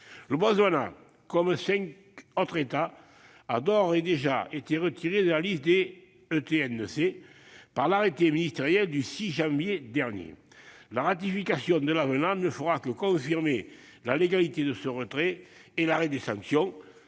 Le Botswana, comme cinq autres États, a d'ores et déjà été retiré de la liste des ETNC par l'arrêté ministériel du 6 janvier dernier. La ratification de l'avenant ne fera que confirmer la légalité de ce retrait et l'arrêt des sanctions.